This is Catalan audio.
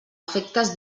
efectes